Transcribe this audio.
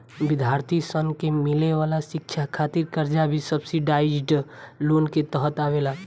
विद्यार्थी सन के मिले वाला शिक्षा खातिर कर्जा भी सब्सिडाइज्ड लोन के तहत आवेला